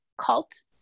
cult